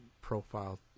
profile